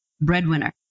breadwinner